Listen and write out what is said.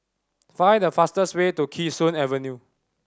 find the fastest way to Kee Sun Avenue